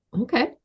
okay